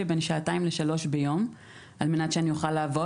בין שעתיים לשלוש ביום על מנת שאני אוכל לעבוד.